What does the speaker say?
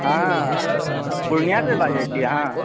हंँ पूर्णियासँ बाजै छी अहाँ